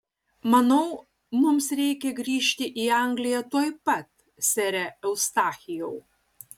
manau mums reikia grįžti į angliją tuoj pat sere eustachijau